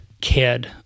kid